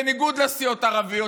בניגוד לסיעות הערביות,